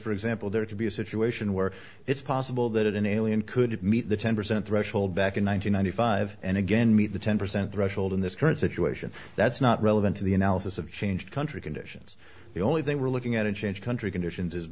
for example there to be a situation where it's possible that an alien could meet the ten percent threshold back in one thousand nine hundred five and again meet the ten percent threshold in this current situation that's not relevant to the analysis of change country conditions the only thing we're looking at a change country conditions